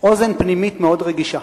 אוזן פנימית מאוד רגישה.